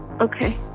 Okay